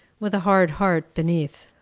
with a hard heart beneath.